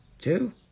Two